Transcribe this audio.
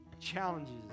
challenges